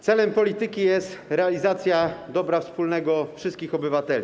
Celem polityki jest realizacja dobra wspólnego wszystkich obywateli.